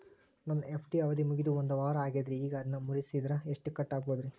ನನ್ನ ಎಫ್.ಡಿ ಅವಧಿ ಮುಗಿದು ಒಂದವಾರ ಆಗೇದ್ರಿ ಈಗ ಅದನ್ನ ಮುರಿಸಿದ್ರ ಎಷ್ಟ ಕಟ್ ಆಗ್ಬೋದ್ರಿ?